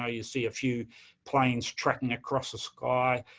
ah you see a few planes tracking across the sky.